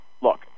look